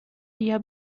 بیا